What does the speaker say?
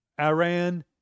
Iran